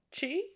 Chi